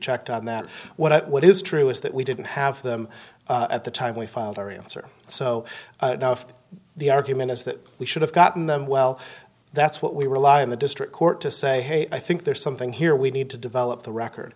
checked on that what is true is that we didn't have them at the time we filed our answer so the argument is that we should have gotten them well that's what we rely on the district court to say hey i think there's something here we need to develop the record